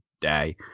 day